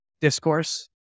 Discourse